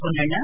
Ponnanna